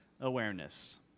awareness